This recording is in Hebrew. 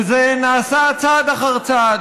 וזה נעשה צעד אחר צעד.